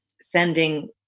sending